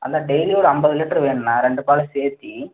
அண்ணா daily ஒரு ஐம்பது litre வேணுண்ணா ரெண்டு பாலையும் சேர்த்தி